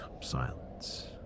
silence